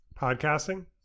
Podcasting